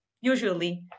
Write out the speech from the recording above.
usually